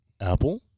Apple